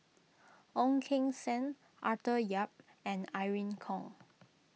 Ong Keng Sen Arthur Yap and Irene Khong